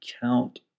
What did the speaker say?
count